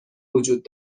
وجود